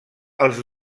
els